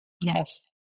Yes